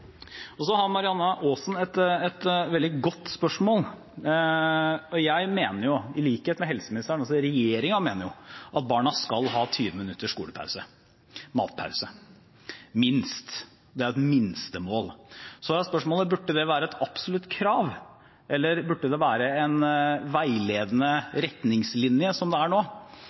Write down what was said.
Så har Marianne Aasen et veldig godt spørsmål. Jeg mener, i likhet med helseministeren, og regjeringen mener at barna skal ha 20 minutters matpause, minst. Det er et minstemål. Så er spørsmålet: Burde det være et absolutt krav, eller burde det være en veiledende